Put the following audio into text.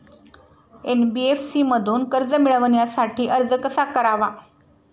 NBFC मधून कर्ज मिळवण्यासाठी अर्ज कसा करावा?